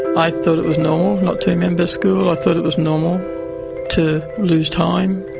i thought it was normal not to remember school, i thought it was normal to lose time.